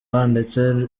ndetse